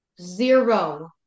zero